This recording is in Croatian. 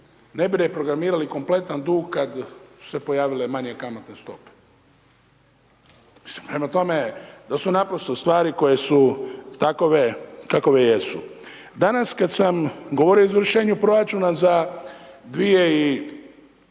ne bi reprogramirali kompletan dug kad su se pojavile manje kamatne stope. Prema tome, to su naprosto stvari koje su takve kakve jesu. Danas kad sam govorio o izvršenju proračuna za 2017. g.,